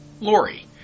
Lori